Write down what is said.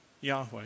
Yahweh